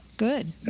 Good